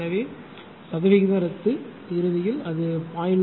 எனவே சதவிகித ரத்து இறுதியில் அது 0